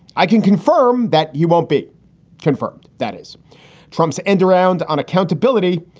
i can confirm that he won't be confirmed. that is trump's end around on accountability.